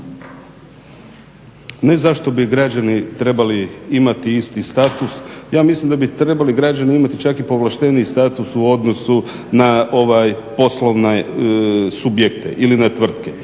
Ne zašto bi građani trebali imati isti status, ja mislim da bi trebali građani imati čak i povlašteniji status u odnosu na poslovne subjekte ili na tvrtke.